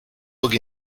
bug